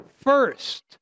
first